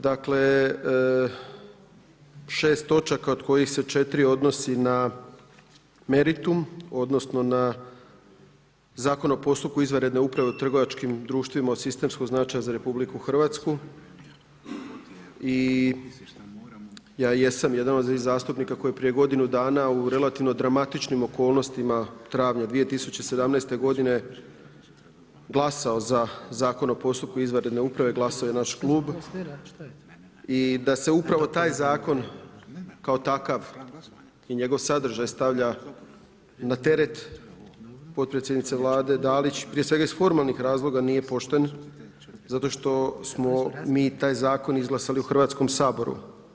Dakle, 6 točaka od kojih se 4 odnosi na meritum, odnosno na Zakon o postupku izvanredne uprave u trgovačkim društvima od sistemskog značaja za RH i ja jesam od onih zastupnika koji prije godinu dana u relativno dramatičnim okolnostima travnja 2017. godine glasao za Zakon o postupku izvanredne uprave, glasao je naš Klub i da se upravo taj Zakon kao takav i njegov sadržaj stavlja na teret potpredsjednice Vlade Dalić, prije svega iz formalnih razloga nije pošten zato što smo mi taj Zakon izglasali u Hrvatskom saboru.